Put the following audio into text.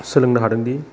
सोलोंनो हादोंदि